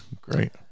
great